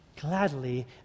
gladly